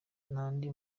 n’andi